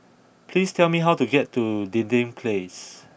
please tell me how to get to Dinding Place